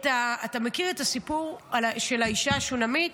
אתה מכיר את הסיפור של האישה השונמית?